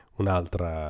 un'altra